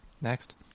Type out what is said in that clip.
Next